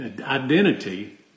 identity